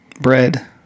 bread